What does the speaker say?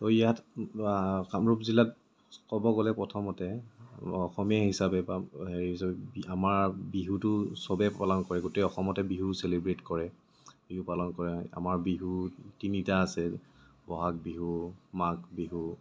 ত' ইয়াত কামৰূপ জিলাত ক'ব গ'লে প্ৰথমতে অসমীয়া হিচাপে বা হেৰি হিচাপে আমাৰ বিহুটো চবেই পালন কৰে গোটেই অসমতে বিহু চেলিব্ৰেট কৰে বিহু পালন কৰে আমাৰ বিহু তিনিটা আছে বহাগ বিহু মাঘ বিহু